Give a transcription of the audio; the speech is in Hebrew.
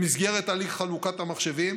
במסגרת הליך חלוקת המחשבים